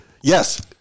Yes